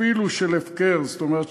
אפילו של הפקר" זאת אומרת,